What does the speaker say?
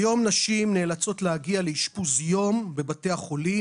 כיום נשים נאלצות להגיע לאשפוז יום בבתי החולים